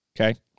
Okay